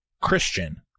Christian